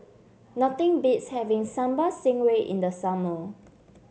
nothing beats having Sambal Stingray in the summer